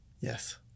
Yes